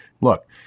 Look